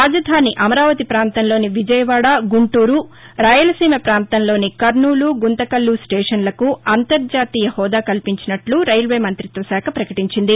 రాజధాని అమరావతి ప్రాంతంలోని విజయవాడ గుంటూరు రాయలసీమ ప్రాంతంలోని కర్నూలు గుంతకల్లు స్లేషన్లకు అంతర్ణాతీయ హోదా కల్పించినట్లు రైల్వే మంతిత్వశాఖ ప్రకటించింది